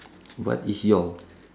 what is your